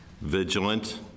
vigilant